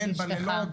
הסיגריות.